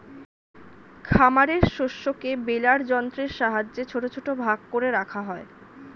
খামারের শস্যকে বেলার যন্ত্রের সাহায্যে ছোট ছোট ভাগ করে রাখা হয়